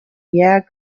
yeah